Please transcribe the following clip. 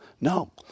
No